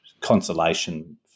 consolation